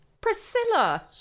Priscilla